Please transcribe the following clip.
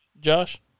Josh